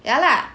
ya lah